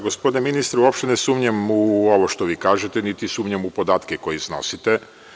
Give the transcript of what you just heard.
Gospodine ministre, uopšte ne sumnjam u ovo što vi kažete, niti sumnjam u podatke koje iznosite.